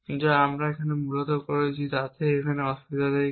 যা আমরা এখানে মূলত করছি তাই এতে অসুবিধা কি